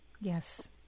yes